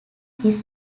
his